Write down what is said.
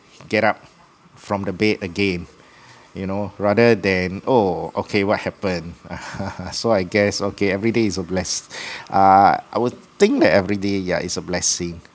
get up from the bed again you know rather then oh okay what happen so I guess everyday is a bless uh I would think that everyday yeah its a blessing